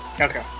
okay